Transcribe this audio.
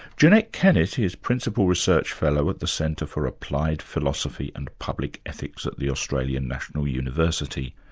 jeanette kennett is principal research fellow at the centre for applied philosophy and public ethics at the australian national university.